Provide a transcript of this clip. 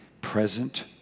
present